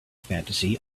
fantasy